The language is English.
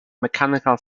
mechanical